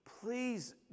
please